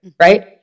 right